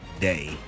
day